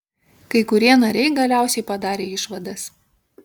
kai kurie nariai galiausiai padarė išvadas